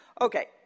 Okay